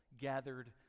gathered